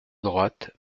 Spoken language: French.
droite